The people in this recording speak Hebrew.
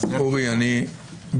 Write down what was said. רק אשאל, אורי, ברשותך.